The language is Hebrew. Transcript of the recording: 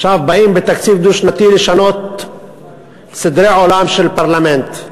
עכשיו באים בתקציב דו-שנתי לשנות סדרי עולם של פרלמנט.